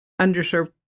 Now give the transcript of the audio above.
underserved